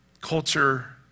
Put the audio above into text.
Culture